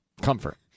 Comfort